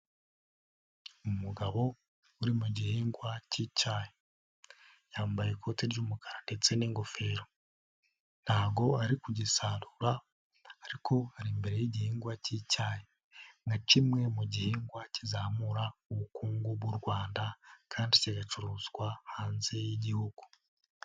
Umugabo uri mu gihingwa k'icyayi yambaye ikote ry'umukara ndetse n'ingofero' ntago ari kugisarura ariko ari imbere y'igihingwa k'icyayi, nka kimwe mu gihingwa kizamura ubukungu bw'u Rwanda kandi kigacuruzwa hanze y'Igihugu.